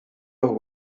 los